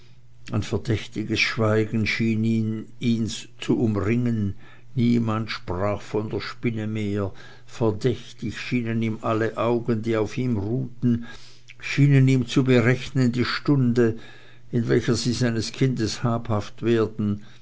ein verdächtiges schweigen schien ihm ihns zu umringen niemand sprach von der spinne mehr verdächtig schienen ihm alle augen die auf ihm ruhten schienen ihm zu berechnen die stunde in welcher sie seines kindes habhaft werden